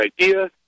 idea